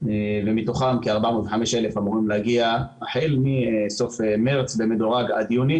ומתוכם כ-405,000 אמורים להגיע החל מסוף מרץ עד יוני